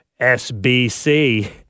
SBC